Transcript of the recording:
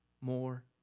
more